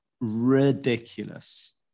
ridiculous